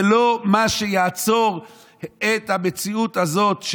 זה לא מה שיעצור את המציאות הזאת,